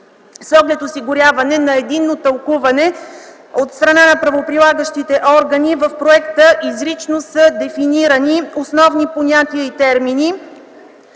С оглед осигуряване на единно тълкуване от страна на правоприлагащите органи в законопроекта изрично са дефинирани основни понятия и термини.